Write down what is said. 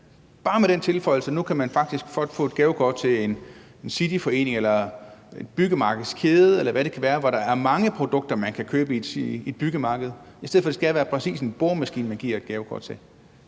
bare med den tilføjelse, at man nu faktisk godt kan få et gavekort til en cityforening eller en byggemarkedskæde, eller hvad det kan være, hvor der er mange produkter, man kan købe i f.eks. et byggemarked, i stedet for at det skal være præcis en boremaskine, man giver et gavekort til.